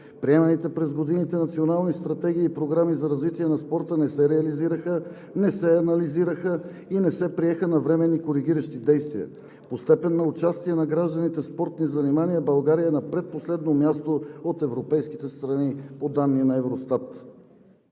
Приеманите през годините национални стратегии и програми за развитие на спорта не се реализираха, не се анализираха и не се приеха навременни коригиращи действия. По степен на участие на гражданите в спортни занимания България е на предпоследно място от европейските страни, по данни на Евростат.